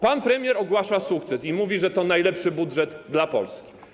Pan premier ogłasza sukces i mówi, że to najlepszy budżet dla Polski.